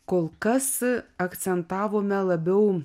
kol kas akcentavome labiau